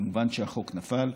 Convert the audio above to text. מובן שהחוק נפל.